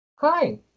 Hi